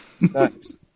Nice